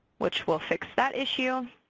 which will fix that issue.